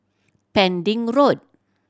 Pending Road